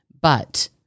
but-